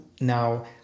Now